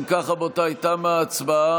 אם כך, רבותיי, תמה ההצבעה.